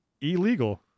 Illegal